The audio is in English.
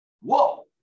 Whoa